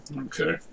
Okay